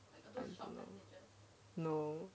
no